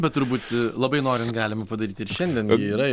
bet turbūt labai norint galima padaryti ir šiandien gi yra